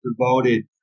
devoted